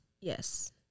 Yes